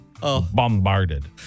bombarded